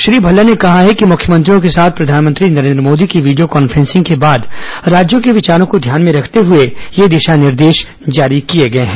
श्री भल्ला ने कहा है कि मुख्यमंत्रियों के साथ प्रधानमंत्री नरेन्द्र मोदी की वीडियो कॉन्फ्रेंसिंग के बाद राज्यों के विचारों को ध्यान में रखते हुए ये दिशा निर्देश जारी किए गये हैं